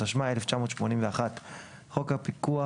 התשמ"א 1981; "חוק הפיקוח